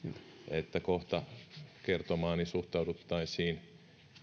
että kohta kertomaani suhtauduttaisiin